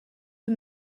eux